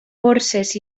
borses